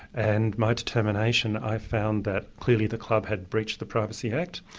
and my determination i found that clearly the club had breached the privacy act,